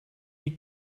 die